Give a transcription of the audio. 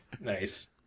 Nice